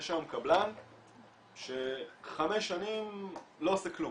יש היום קבלן שחמש שנים לא עושה כלום,